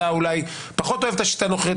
אתה אולי פחות אוהב את השיטה הנוכחית,